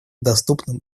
доступным